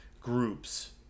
groups